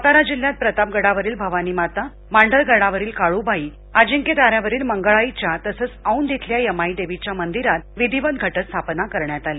सातारा जिल्ह्यात प्रतापगडावरील भवानी माता मांढरगडावरील काळूबाई अजिंक्यताऱ्यावरील मंगळाईच्या तसेच औंध श्रेल्या यमाईदेवीच्या मंदिरात विधीवत घटस्थापना करण्यात आली